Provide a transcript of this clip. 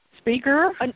speaker